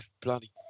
bloody